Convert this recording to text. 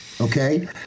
okay